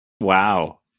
wow